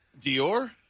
Dior